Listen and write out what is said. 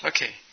Okay